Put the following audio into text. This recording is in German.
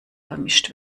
vermischt